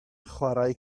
chwarae